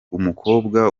umukobwa